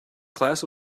class